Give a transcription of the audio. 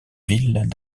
villes